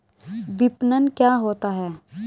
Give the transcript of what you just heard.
विपणन क्या होता है?